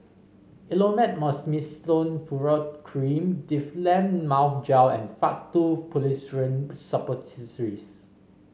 Elomet Mometasone Furoate Cream Difflam Mouth Gel and Faktu Policresulen Suppositories